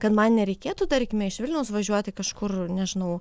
kad man nereikėtų tarkime iš vilniaus važiuoti kažkur nežinau